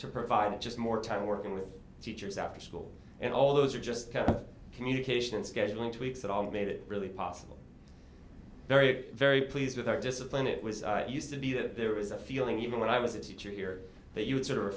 to provide just more time working with teachers after school and all those are just kind of communication scheduling tweaks that are made it really possible very very pleased with our discipline it was used to be that there is a feeling you know when i was a teacher here that you had sort of